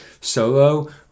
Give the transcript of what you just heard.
Solo